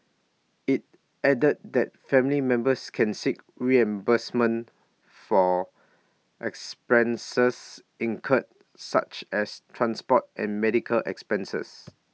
IT added that family members can seek reimbursement for expenses incurred such as transport and medical expenses